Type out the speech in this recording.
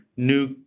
new